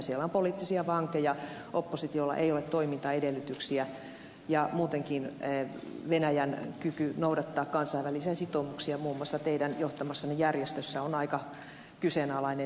siellä on poliittisia vankeja oppositiolla ei ole toimintaedellytyksiä ja muutenkin venäjän kyky noudattaa kansainvälisiä sitoumuksia muun muassa teidän johtamassanne järjestössä on aika kyseenalainen